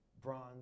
bronze